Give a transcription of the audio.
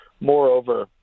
moreover